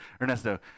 Ernesto